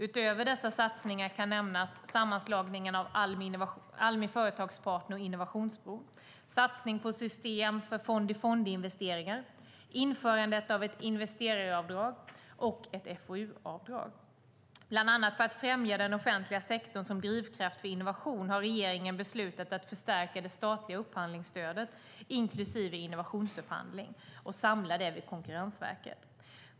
Utöver dessa satsningar kan nämnas sammanslagningen av Almi Företagspartner och Innovationsbron, satsning på ett system för fond-i-fond-investeringar, införandet av ett investeraravdrag och ett FoU-avdrag. Bland annat för att främja den offentliga sektorn som drivkraft för innovation har regeringen beslutat att förstärka det statliga upphandlingsstödet inklusive innovationsupphandling och samla det vid Konkurrensverket.